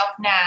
now